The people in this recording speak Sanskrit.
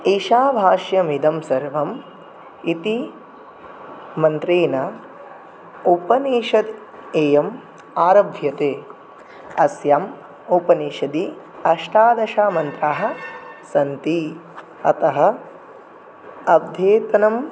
ईशावास्यमिदं सर्वम् इति मन्त्रेण उपनिषत् इयम् आरभ्यते अस्याम् उपनिषदि अष्टादश मन्त्राः सन्ति अतः अध्येतनं